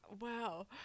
Wow